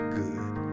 good